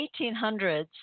1800s